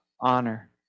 honor